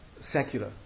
secular